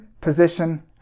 position